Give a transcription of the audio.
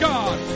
God